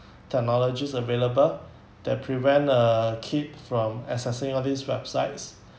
technologies available that prevent uh keep from accessing all these websites